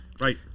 Right